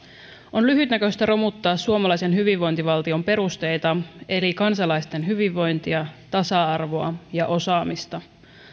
on lyhytnäköistä romuttaa suomalaisen hyvinvointivaltion perusteita eli kansalaisten hyvinvointia tasa arvoa ja osaamista